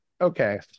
okay